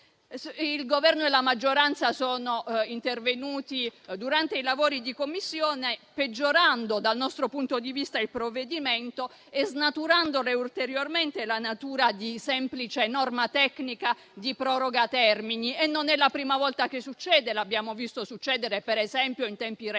parole o se sia autonoma, ma proseguo - durante i lavori di Commissione, peggiorando, dal nostro punto di vista, il provvedimento e snaturandone ulteriormente la natura di semplice norma tecnica di proroga termini. Non è, fra l'altro, la prima volta che succede: l'abbiamo visto succedere, per esempio, in tempi recenti